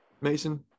Mason